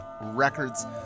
Records